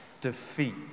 defeat